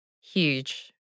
huge